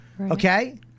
okay